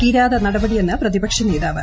കിരാത നടപടിയെന്ന് പ്രതിപക്ഷ നേതാവ്